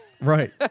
Right